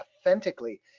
authentically